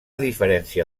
diferència